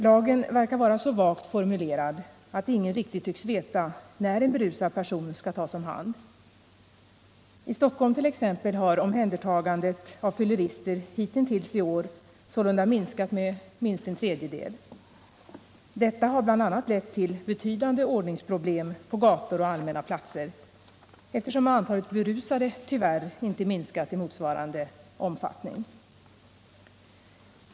Lagen verkar vara så vagt formulerad att ingen riktigt tycks veta när en berusad person skall tas om hand. I Stockholm har omhändertagandet av fyllerister hitintills i år sålunda minskat med minst en tredjedel. Detta har bl.a. lett till betydande ordningsproblem på gator och allmänna platser, eftersom antalet berusade tyvärr inte minskat i motsvarande omfattning.